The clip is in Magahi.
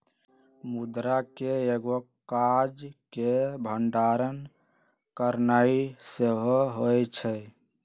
मुद्रा के एगो काज के भंडारण करनाइ सेहो होइ छइ